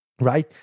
right